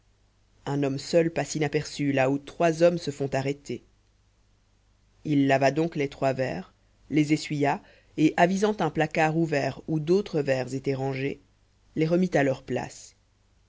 un homme seul passe inaperçu là où trois hommes se font arrêter il lava donc les trois verres les essuya et avisant un placard ouvert où d'autres verres étaient rangés les remit à leur place